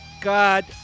God